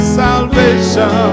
salvation